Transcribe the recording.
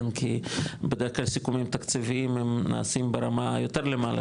כי בדרך כלל סיכומים תקציביים הם נעשים ברמה יותר למעלה,